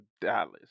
Dallas